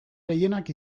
gehienak